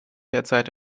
derzeit